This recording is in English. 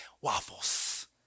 waffles